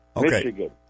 Michigan